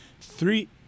Three